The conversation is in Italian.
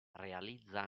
realizza